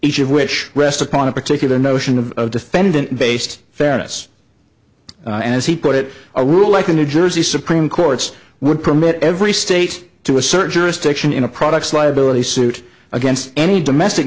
of which rests upon a particular notion of defendant based fairness and as he put it a rule like the new jersey supreme courts would permit every state to assert jurisdiction in a products liability suit against any domestic